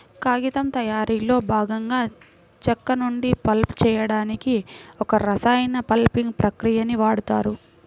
కాగితం తయారీలో భాగంగా చెక్క నుండి పల్ప్ చేయడానికి ఒక రసాయన పల్పింగ్ ప్రక్రియని వాడుతారు